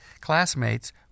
classmates